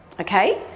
okay